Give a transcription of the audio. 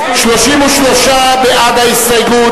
ההסתייגות